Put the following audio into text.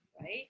right